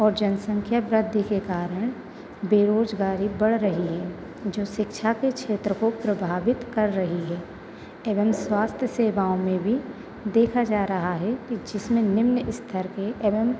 और जनसंख्या वृद्धि के कारण बेरोज़गारी बढ़ रही है जो शिक्षा को क्षेत्र को प्रभावित कर रही है एवं स्वास्थ्य सेवाओं में भी देखा जा रहा है कि जिसमें निम्न स्थर के एवं